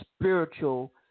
spiritual